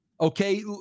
Okay